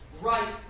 right